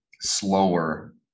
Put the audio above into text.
slower